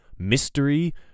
mystery